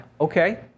okay